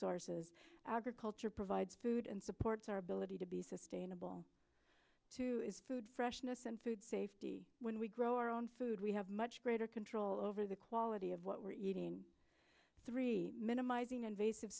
sources agriculture provides food and supports our ability to be sustainable is food freshness and food safety when we grow our own food we have much greater control over the quality of what we're eating three minimizing invasive